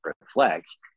reflects